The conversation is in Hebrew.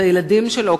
את הילדים שלו,